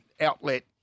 outlet